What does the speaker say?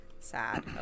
Sad